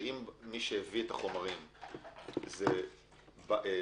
שאם מי שהביא את החומרים זה הלקוח,